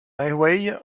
highway